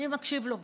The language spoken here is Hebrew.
מי מקשיב לו בכלל?